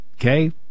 okay